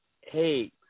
hey